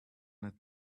had